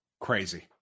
crazy